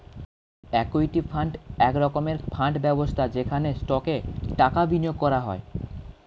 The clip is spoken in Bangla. ইক্যুইটি ফান্ড এক রকমের ফান্ড ব্যবস্থা যেখানে স্টকে টাকা বিনিয়োগ করা হয়